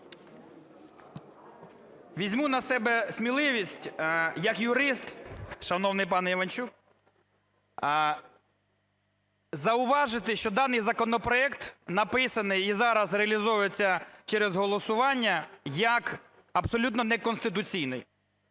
Візьму на себе сміливість як юрист, шановний пане Іванчук, зауважити, що даний законопроект написаний і зараз реалізовується через голосування як абсолютно неконституційний.